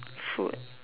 food